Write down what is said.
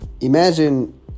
imagine